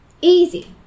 easy